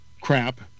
crap